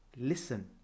listen